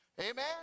Amen